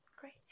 great